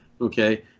Okay